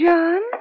John